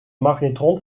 magnetron